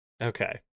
Okay